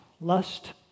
lust